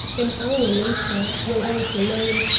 an hour later, while i was alone,